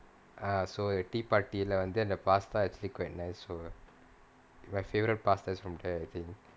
uh so the tea party lah வந்து அந்த:vanthu antha pasta actually quite nice so my favourite pasta is from there actually